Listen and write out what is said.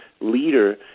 leader